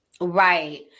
Right